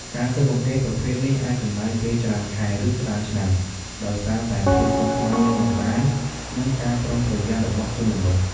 ការស៊ើបអង្កេតប្រភេទនេះអាចចំណាយពេលច្រើនខែ ឬច្រើនឆ្នាំ ដោយសារតែភាពស្មុគស្មាញនៃបណ្តាញ និងការប្រុងប្រយ័ត្នរបស់ជនល្មើស។